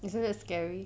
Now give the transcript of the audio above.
isn't that scary